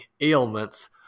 ailments